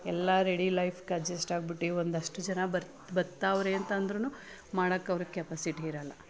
ಎಲ್ಲ ರೆಡಿ ಲೈಫ್ಗೆ ಅಜ್ಜಸ್ಟ್ ಆಗ್ಬಿಟ್ಟು ಒಂದಷ್ಟು ಜನ ಬರ್ತ ಬತ್ತವ್ರೆ ಅಂತ ಅಂದರೂನು ಮಾಡೋಕೆ ಅವ್ರಿಗೆ ಕೆಪಾಸಿಟಿ ಇರೋಲ್ಲ